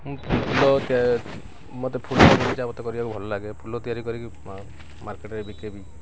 ମୁଁ ଫୁଲ ମତେ ଫୁଲ ବଗିଚା ମତେ କରିବାକୁ ଭଲ ଲାଗେ ଫୁଲ ତିଆରି କରିକି ମାର୍କେଟ୍ରେ ବିକେ ବି